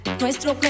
Nuestro